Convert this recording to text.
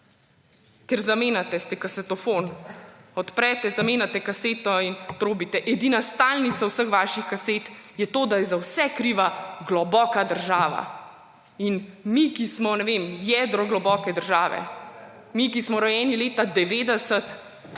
ker zamenjate kasetofon, odprete, zamenjate kaseto in trobite. Edina stalnica vseh vaših kaset je to, da je za vse kriva globoka država in mi, ki smo, ne vem, jedro globoke države, mi, ki smo rojeni leta 1990,